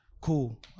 cool